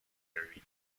arena